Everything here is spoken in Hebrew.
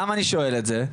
למה אני שואל את זה?